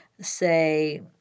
say